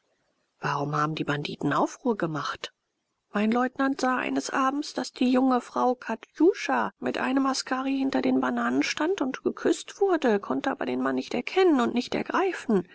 warum haben die banditen aufruhr gemacht mein leutnant sah eines abends daß die junge frau katjuscha mit einem askari hinter den bananen stand und geküßt wurde konnte aber den mann nicht erkennen und nicht ergreifen